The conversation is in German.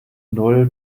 null